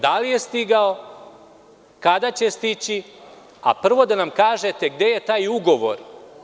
Da li je stigao, kada će stići, a prvo da nam kažete gde je taj ugovor?